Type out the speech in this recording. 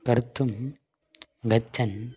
कर्तुं गच्छन्